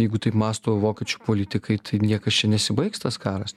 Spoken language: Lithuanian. jeigu taip mąsto vokiečių politikai tai niekas čia nesibaigs tas karas